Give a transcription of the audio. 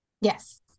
yes